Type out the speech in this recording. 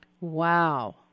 wow